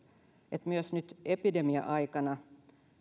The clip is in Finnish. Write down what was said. että myös nyt epidemia aikana